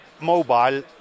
mobile